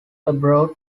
abroad